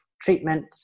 treatment